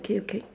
K okay